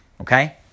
okay